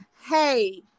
hey